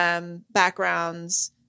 backgrounds